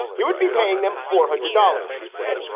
he would be paying them four hundred dollars, he said.